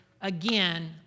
again